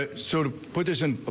ah so to put this and ah